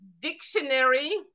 dictionary